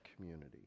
community